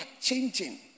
changing